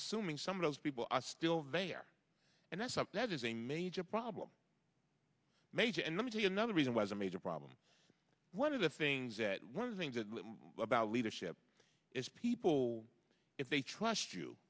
assuming some of those people are still there and that's something that is a major problem major and let me tell you another reason why is a major problem one of the things that one of the things that about leadership is people if they trust you